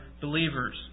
believers